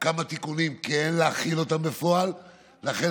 כן להחיל בפועל כמה תיקונים.